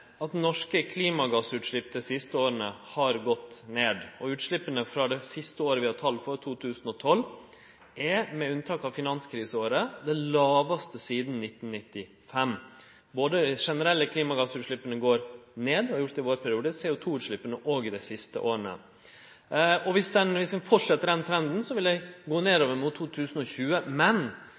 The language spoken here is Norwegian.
at norske klimagassutslepp dei siste åra har gått ned. Utsleppa frå det siste året vi har tal for, som er 2012, er – med unntak av finanskriseåret – det lågaste sidan 1995. Både dei generelle klimagassutsleppa og CO2-utsleppa har gått ned dei siste åra – i vår periode. Om den trenden